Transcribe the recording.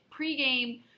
pregame